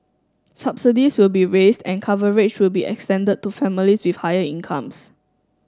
subsidies will be raised and coverage will be extended to families with higher incomes